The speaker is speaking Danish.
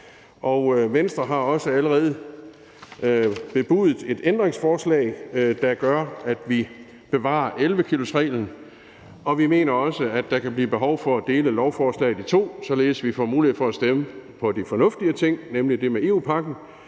Venstre har også allerede bebudet et ændringsforslag, der gør, at vi bevarer 11-kilosreglen, og vi mener også, at der kan blive behov for at dele lovforslaget i to, således at vi får mulighed for at stemme for de fornuftige ting, nemlig det med EU's